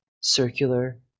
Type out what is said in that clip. circular